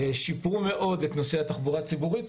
שיפרו מאוד את נושא התחבורה הציבורית,